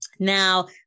Now